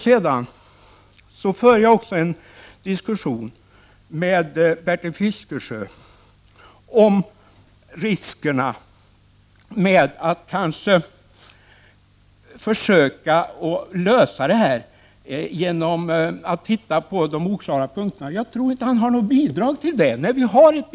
Sedan förde jag en diskussion med Bertil Fiskesjö om riskerna med att försöka lösa problemen genom att se på de oklara punkterna. Jag tror inte att Bertil Fiskesjö har något bidrag härvidlag.